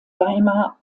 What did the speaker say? weimar